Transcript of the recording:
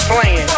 playing